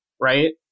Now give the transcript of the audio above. right